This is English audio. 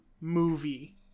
movie